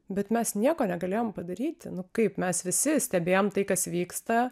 bet mes nieko negalėjom padaryti nu kaip mes visi stebėjom tai kas vyksta